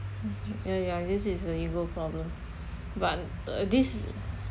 ya ya this is a ego problem but uh this